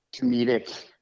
comedic